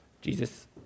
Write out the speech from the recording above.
jesus